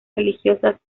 religiosas